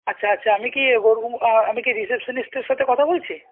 আচ্ছা আচ্ছা আমি কি গৌড়বঙ্গ আমি কি রিসেপশানিস্টের সাথে কথা বলছি